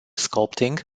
sculpting